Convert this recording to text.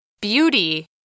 Beauty